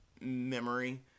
memory